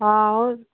ਹਾਂ ਉਹ